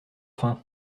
faim